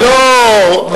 זה לא,